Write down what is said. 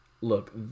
Look